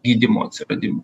gydymo atsiradimu